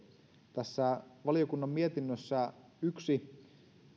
tässä valiokunnan mietinnössä kuitenkin kiinnitti huomiotani yksi